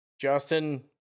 Justin